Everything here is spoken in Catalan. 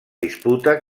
disputa